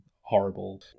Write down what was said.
horrible